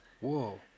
Whoa